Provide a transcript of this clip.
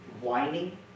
whining